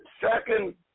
second